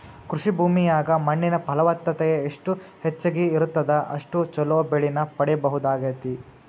ಕೃಷಿ ಭೂಮಿಯಾಗ ಮಣ್ಣಿನ ಫಲವತ್ತತೆ ಎಷ್ಟ ಹೆಚ್ಚಗಿ ಇರುತ್ತದ ಅಷ್ಟು ಚೊಲೋ ಬೆಳಿನ ಪಡೇಬಹುದಾಗೇತಿ